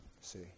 See